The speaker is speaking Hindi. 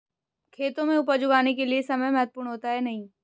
खेतों में उपज उगाने के लिये समय महत्वपूर्ण होता है या नहीं?